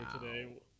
today